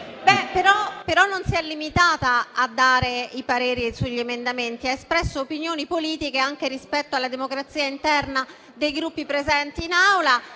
Non si è limitata, però, a dare il parere sugli emendamenti, ma ha espresso opinioni politiche anche rispetto alla democrazia interna dei Gruppi presenti in Aula